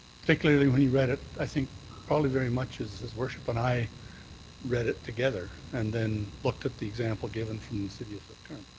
particularly when you read it i think probably very much as his worship and i read it together, and then looked at the example given from the city of swift current.